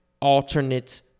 alternate